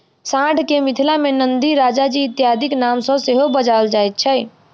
साँढ़ के मिथिला मे नंदी, राजाजी इत्यादिक नाम सॅ सेहो बजाओल जाइत छै